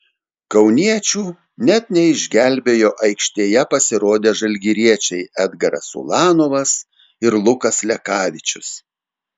kauniečių net neišgelbėjo aikštėje pasirodę žalgiriečiai edgaras ulanovas ir lukas lekavičius